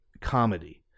comedy